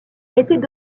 étaient